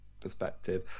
perspective